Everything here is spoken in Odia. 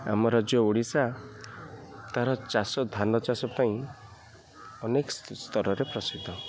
ଆମ ରାଜ୍ୟ ଓଡ଼ିଶା ତା'ର ଚାଷ ଧାନ ଚାଷ ପାଇଁ ଅନେକ ସ୍ତରରେ ପ୍ରସିଦ୍ଧ